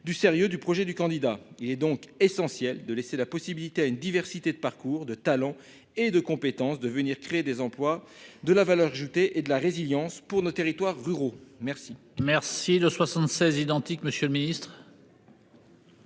du sérieux du projet du candidat, il est donc essentiel de laisser la possibilité à une diversité de parcours de talents et de compétences de venir créer des emplois de la valeur ajoutée et de la résilience pour nos territoires ruraux merci.